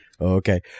Okay